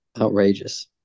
outrageous